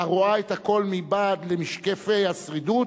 הרואה את הכול מבעד למשקפי השרידות,